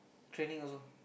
training also